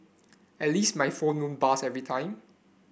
at least my phone won't buzz every time